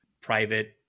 private